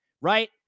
right